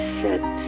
sit